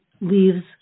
leaves